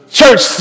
church